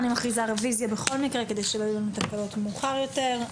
אני מכריזה רביזיה בכל מקרה כדי שלא יהיו התנגדויות מאוחר יותר.